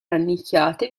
rannicchiate